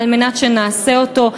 כדי שנעשה אותו.